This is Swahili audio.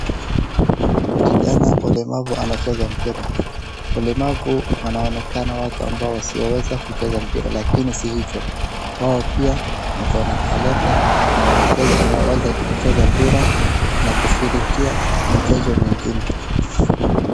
Kijana wa ulemavu anacheza mpira. walemavu wanaonekana ambao wasioweza kucheza mpira lakini wao pia wako na talanta na wanaweza kucheza mpira na kushirikia mchezo mingine.